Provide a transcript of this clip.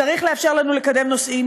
צריך לאפשר לנו לקדם נושאים,